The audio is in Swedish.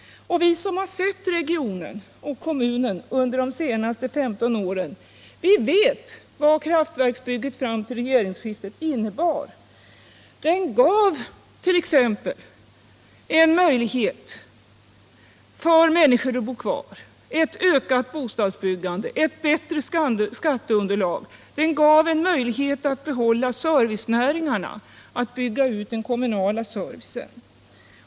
Vi som har sett regionen och kommunen under de senaste 15 åren vet vad kraftverksbygget fram till regeringsskiftet innebar. Det gav t.ex. en möjlighet för människor att bo kvar, ett ökat bostadsbyggande, ett bättre skatteunderlag, en möjlighet att behålla servicenäringarna och bygga ut den kommunala servicen.